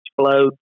explode